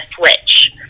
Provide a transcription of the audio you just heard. switch